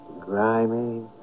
grimy